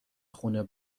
خون